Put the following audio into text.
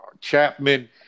Chapman